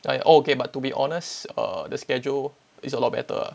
ya ya oh okay but to be honest err the schedule is a lot better ah